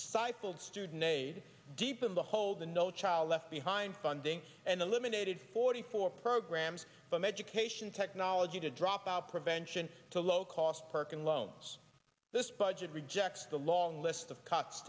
stifled student aid deep in the hole the no child left behind funding and eliminated forty four programs from education technology to dropout prevention to low cost parking loans this budget rejects the long list of c